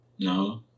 No